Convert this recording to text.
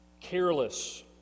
Careless